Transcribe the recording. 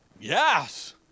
Yes